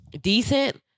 decent